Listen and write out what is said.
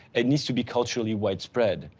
it needs to be culturally widespread.